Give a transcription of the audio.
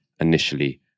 initially